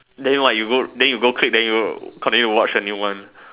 then what you go then you go click then you continue to watch a new one